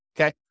Okay